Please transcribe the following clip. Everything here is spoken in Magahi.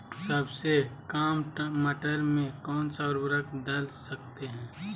सबसे काम मटर में कौन सा ऊर्वरक दल सकते हैं?